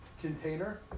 container